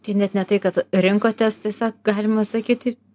tai net ne tai kad rinkotės tiesiog galima sakyti